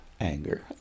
anger